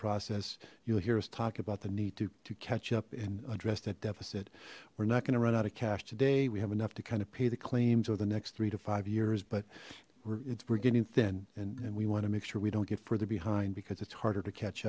process you'll hear us talk about the need to catch up and address that deficit we're not going to run out of cash today we have enough to kind of pay the claims over the next three to five years but we're it's we're getting thin and we want to make sure we don't get further behind because it's harder to catch